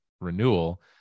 renewal